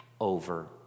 over